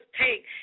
take